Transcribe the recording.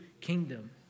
kingdom